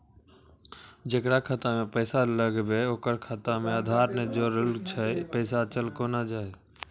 जेकरा खाता मैं पैसा लगेबे ओकर खाता मे आधार ने जोड़लऽ छै पैसा चल कोना जाए?